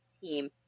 team